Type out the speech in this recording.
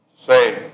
say